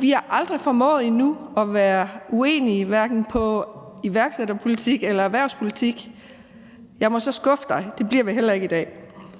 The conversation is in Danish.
Vi har aldrig formået endnu at være uenige, hverken i forhold til iværksætterpolitik eller erhvervspolitik. Og jeg må så skuffe dig, for det bliver vi heller ikke i dag.